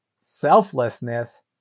selflessness